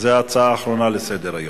זאת ההצעה האחרונה לסדר-היום.